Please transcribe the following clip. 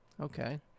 Okay